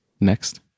Next